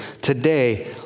today